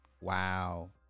wow